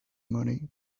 money